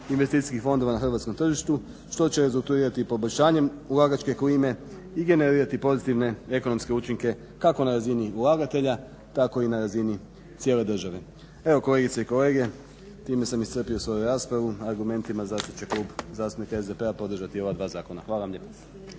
investicijskih fondova na hrvatskom tržištu što će rezultirati poboljšanjem ulagačke klime i generirati pozitivne ekonomske učinke kako na razini ulagatelja tako i na razini cijele države. Evo kolegice i kolege, time sam iscrpio svoju raspravu argumentima za što će Klub zastupnika SDP-a podržati ova dva zakona. Hvala vam lijepo.